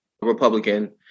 Republican